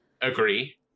Agree